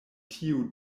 tiu